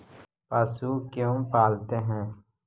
पशु क्यों पालते हैं?